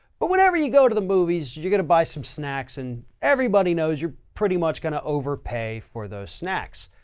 but whenever you go to the movies, you're going to buy some snacks and everybody knows you're pretty much going to overpay for those snacks.